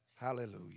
Hallelujah